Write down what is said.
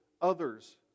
others